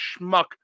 schmuck